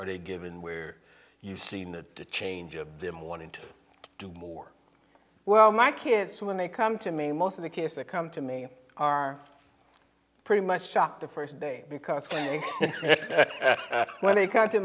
are they given where you've seen the change of them wanting to do more well my kids when they come to me most of the kids that come to me are pretty much shocked the first day because when they come to